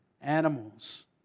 animals